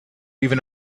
even